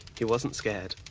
he wasn't scared,